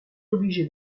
obligés